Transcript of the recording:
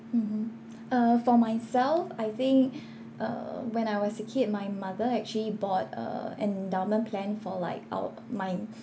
mmhmm uh for myself I think uh when I was a kid my mother actually bought a endowment plan for like our my